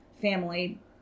family